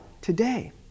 today